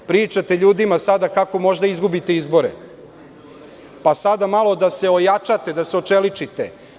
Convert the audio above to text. Pričate ljudima sada kako možda izgubite izbore, pa sada malo da se ojačate, da se očeličite.